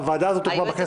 ולכן בחוק,